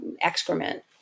excrement